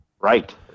Right